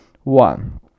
one